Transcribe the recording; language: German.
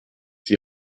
die